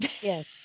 Yes